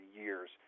years